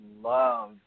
love